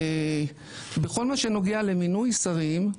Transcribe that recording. בכל מה שנוגע למינוי שרים,